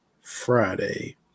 Friday